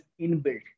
inbuilt